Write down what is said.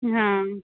हाँ